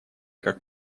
как